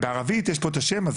בערבית יש פה את השם,